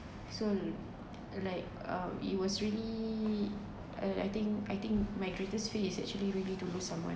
soon like uh it was really uh I think I think my greatest fear is actually really to lose someone